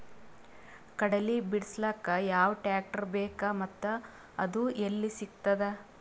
ಕಡಲಿ ಬಿಡಿಸಲಕ ಯಾವ ಟ್ರಾಕ್ಟರ್ ಬೇಕ ಮತ್ತ ಅದು ಯಲ್ಲಿ ಸಿಗತದ?